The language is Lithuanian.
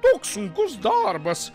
toks sunkus darbas